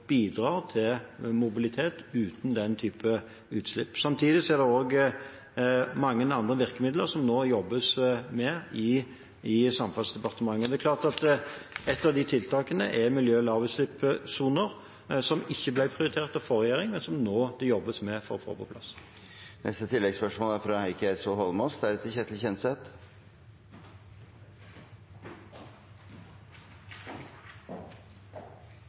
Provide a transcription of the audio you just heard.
til mobilitet uten den type utslipp. Det er også mange andre virkemidler som det nå jobbes med i Samferdselsdepartementet. Ett av de tiltakene er lavutslippssoner, som ikke ble prioritert av forrige regjering, men som det nå jobbes med å få på plass.